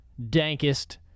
dankest